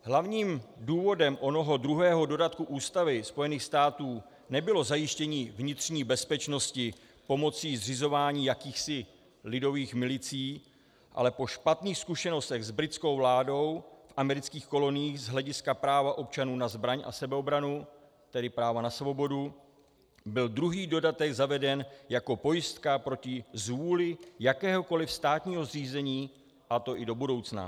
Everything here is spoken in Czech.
Hlavním důvodem onoho druhého dodatku Ústavy Spojených států nebylo zajištění vnitřní bezpečnosti pomocí zřizování jakýchsi lidových milicí, ale po špatných zkušenostech s britskou vládou v amerických koloniích z hlediska práva občanů na zbraň a sebeobranu, tedy práva na svobodu, byl druhý dodatek zaveden jako pojistka proti zvůli jakéhokoli státního zřízení, a to i do budoucna.